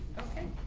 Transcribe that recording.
okay,